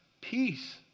peace